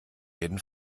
jeden